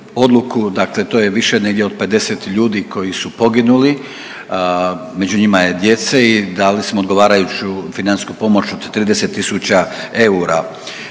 dakle to je više negdje od 50 ljudi koji su poginuli, među njima je djece i dali smo odgovarajuću financijsku pomoć od 30 tisuća eura.